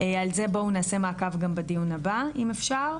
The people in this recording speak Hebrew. על זה נעשה מעקב גם בדיון הבא אם אפשר.